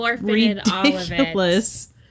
ridiculous